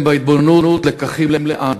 ובהתבוננות, לקחים, לאן.